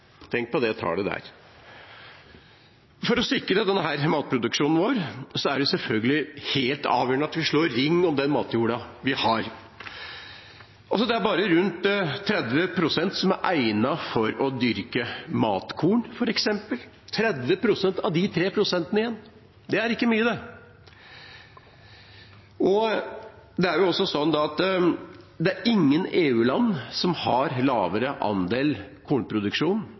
Tenk på det tallet. For å sikre denne matproduksjonen vår er det selvfølgelig helt avgjørende at vi slår ring om den matjorda vi har. Det er bare rundt 30 pst. som er egnet for å dyrke matkorn – 30 pst. av de 3 pst. Det er ikke mye. Det er ingen EU-land som har lavere andel kornproduksjon enn vi har. 90 pst. av jordbruksarealet vårt blir brukt til å dyrke dyrefôr, som